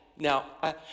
Now